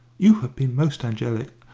you have been most angelic.